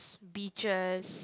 beaches